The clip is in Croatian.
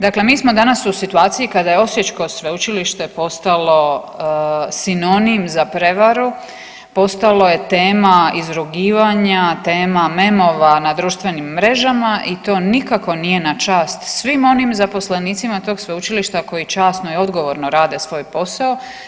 Dakle, mi smo danas u situaciji kada je osječko sveučilište postalo sinonim za prevaru, postalo je tema izrugivanja, tema memova na društvenim mrežama i to nikako nije na čast svih onih zaposlenicima sveučilišta koji časno i odgovorno rade svoj posao.